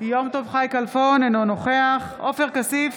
יום טוב חי כלפון, אינו נוכח עופר כסיף,